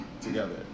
Together